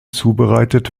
zubereitet